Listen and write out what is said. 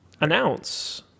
announce